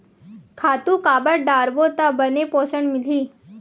खातु काबर डारबो त बने पोषण मिलही?